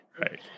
Right